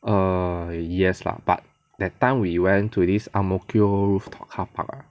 err yes lah but that time we went to this ang mo kio rooftop carpark